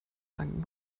dank